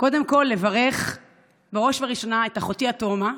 לברך בראש ובראשונה את אחותי התאומה,